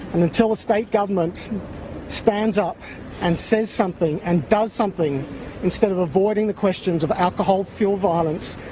and until the state government stands up and says something and does something instead of avoiding the questions of alcohol-fueled violence,